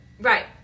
Right